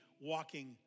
walking